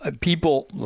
people